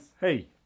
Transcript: Hey